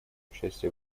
участие